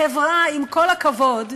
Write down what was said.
חברה, עם כל הכבוד,